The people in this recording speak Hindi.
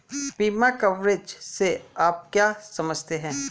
बीमा कवरेज से आप क्या समझते हैं?